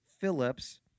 Phillips